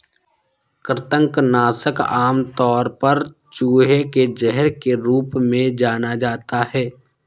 कृंतक नाशक आमतौर पर चूहे के जहर के रूप में जाना जाता है